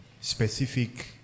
specific